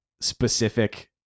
specific